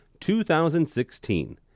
2016